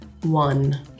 one